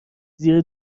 زیر